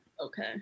Okay